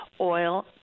oil